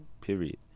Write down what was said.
Period